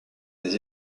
les